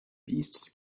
beasts